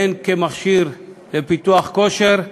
הן כמכשיר לפיתוח כושר,